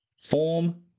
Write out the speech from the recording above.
Form